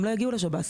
הם לא יגיעו לשב"ס.